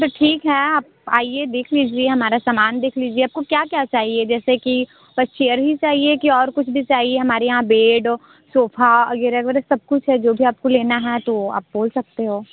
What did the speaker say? तो ठीक है आप आइए देख लीजिए हमारा सामान देख लीजिए आपको क्या क्या चाहिए जैसे कि बस चेयर ही चाहिए कि और कुछ भी चाहिए हमारे यहाँ बेड सोफ़ा वग़ैरह वग़ैरह ये सब कुछ है जो भी आपको लेना है तो बोल सकते हो